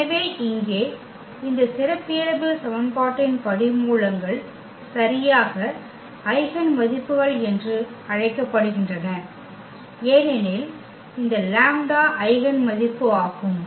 எனவே இங்கே இந்த சிறப்பியல்பு சமன்பாட்டின் படிமூலங்கள் சரியாக ஐகென் மதிப்புகள் என்று அழைக்கப்படுகின்றன ஏனெனில் இந்த லாம்ப்டா ஐகென் மதிப்பு ஆகும்